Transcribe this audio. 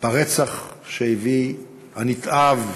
ברצח הנתעב